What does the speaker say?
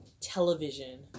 television